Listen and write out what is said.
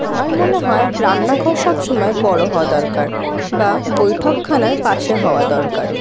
আমার মনে হয় রান্নাঘর সবসময় বড়ো হওয়া দরকার বা বৈঠকখানার পাশে হওয়া দরকার